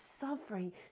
suffering